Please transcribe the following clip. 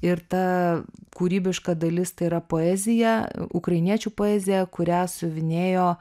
ir ta kūrybiška dalis tai yra poezija ukrainiečių poezija kurią siuvinėjo